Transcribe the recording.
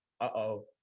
uh-oh